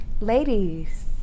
ladies